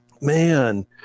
man